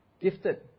gifted